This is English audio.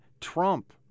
Trump